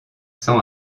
sans